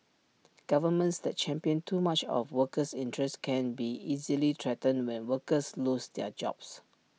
governments that champion too much of workers interests can be easily threatened when workers lose their jobs